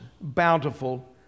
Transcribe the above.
bountiful